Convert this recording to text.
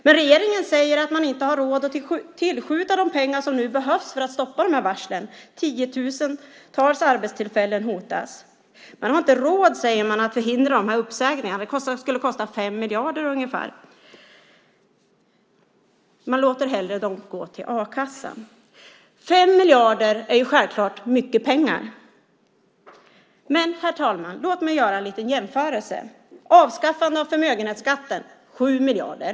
Men regeringen säger att man inte har råd att tillskjuta de pengar som nu behövs för att stoppa dessa varsel. Tiotusentals arbetstillfällen hotas. Man säger att man inte har råd att förhindra dessa uppsägningar. Det skulle kosta ungefär 5 miljarder. Man låter dem hellre gå till a-kassan. 5 miljarder är självklart mycket pengar. Men låt mig, herr talman, göra en liten jämförelse. Avskaffandet av förmögenhetsskatten kostar 7 miljarder.